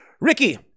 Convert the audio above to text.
Ricky